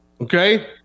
okay